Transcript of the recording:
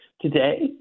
Today